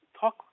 talk